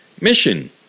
mission